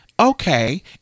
Okay